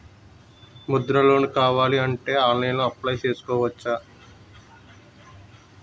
Mudra loan కావాలి అంటే ఆన్లైన్లో అప్లయ్ చేసుకోవచ్చా?